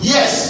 Yes